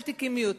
על תיקים מיותרים,